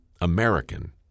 American